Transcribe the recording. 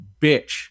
bitch